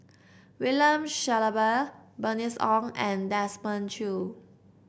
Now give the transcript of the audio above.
William Shellabear Bernice Ong and Desmond Choo